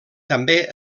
també